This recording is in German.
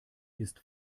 ist